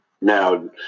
Now